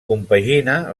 compagina